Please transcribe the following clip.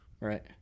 Right